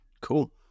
cool